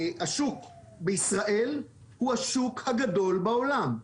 השוק בישראל הוא השוק הגדול בעולם.